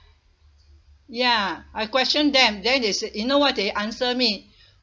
ya I question them then they said you know what they answer me